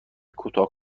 کوتاه